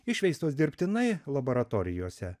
išveistos dirbtinai laboratorijose